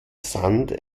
sand